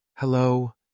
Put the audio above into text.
Hello